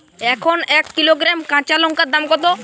এখন এক কিলোগ্রাম কাঁচা লঙ্কার দাম কত?